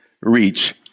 reach